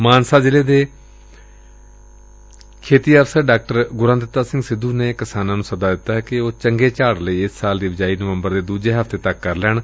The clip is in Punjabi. ਮਾਨਸਾ ਜ਼ਿਲ੍ਹੇ ਦੇ ਮੁਖੀ ਡਾ ਗੁਰਾਦਿੱਤਾ ਸਿੰਘ ਸਿੱਧੂ ਨੇ ਕਿਸਾਨਾਂ ਨੂੰ ਸੱਦਾ ਦਿੱਤੈ ਕਿ ਉਹ ਚੱਗੇ ਝਾੜ ਲਈ ਇਸ ਸਾਲ ਦੀ ਬਿਜਾਈ ਨਵੰਬਰ ਦੇ ਦੂਜੇ ਹਫਤੇ ਤੱਕ ਕਰ ਲੈਣ